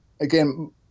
again